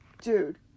dude